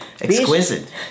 Exquisite